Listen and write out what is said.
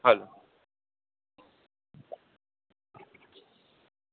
hello